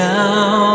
Now